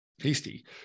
tasty